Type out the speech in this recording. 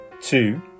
two